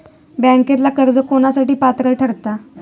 बँकेतला कर्ज कोणासाठी पात्र ठरता?